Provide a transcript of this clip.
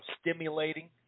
stimulating